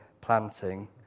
planting